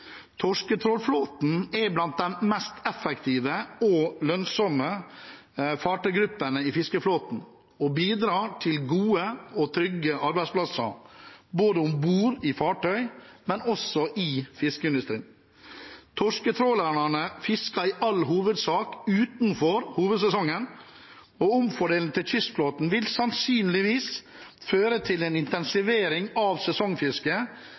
Torsketrålflåten er blant de mest effektive og lønnsomme fartøygruppene i fiskeflåten og bidrar til gode og trygge arbeidsplasser både om bord i fartøy og i fiskeindustrien. Torsketrålerne fisker i all hovedsak utenfor hovedsesongen, og omfordeling til kystflåten vil sannsynligvis føre til en intensivering av sesongfisket,